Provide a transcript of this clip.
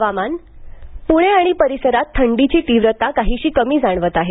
हवामान् पूणे आणि परिसरात थंडीची तीव्रता काहीशी कमी जाणवत आहे